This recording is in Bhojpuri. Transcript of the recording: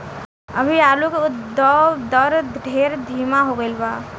अभी आलू के उद्भव दर ढेर धीमा हो गईल बा